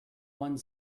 one